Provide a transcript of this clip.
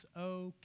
okay